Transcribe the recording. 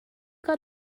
got